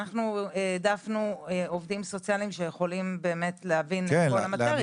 אנחנו העדפנו עובדים סוציאליים שיכולים באמת להבין את כל המטריה.